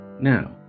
Now